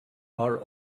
are